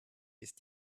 ist